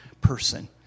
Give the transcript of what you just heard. person